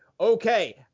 okay